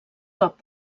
cop